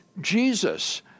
Jesus